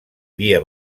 via